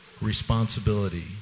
responsibility